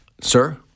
sir